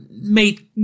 mate